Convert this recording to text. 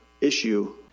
issue